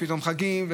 פתאום חגים,